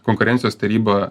konkurencijos taryba